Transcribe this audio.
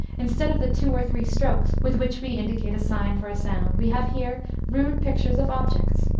instead of the two or three strokes with which we indicate a sign for a sound, we have here rude pictures of objects.